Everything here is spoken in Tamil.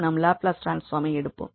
நாம் லாப்லஸ் ட்ரான்ஸ்ஃபார்மை எடுப்போம்